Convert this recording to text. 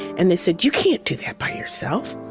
and they said, you can't do that by yourself.